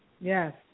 Yes